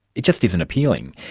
it just isn't appealing.